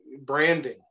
branding